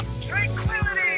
Tranquility